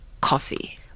coffee